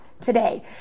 today